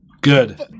Good